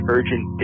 Urgent